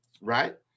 right